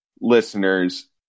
listeners